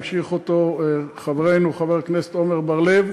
המשיך אותו חברנו חבר הכנסת עמר בר-לב,